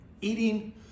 Eating